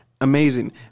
amazing